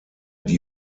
die